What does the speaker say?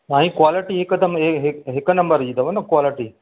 साईं क्वालिटी ह हिकदमि हिक नम्बर जी अथव न क्वालिटी